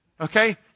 Okay